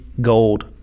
gold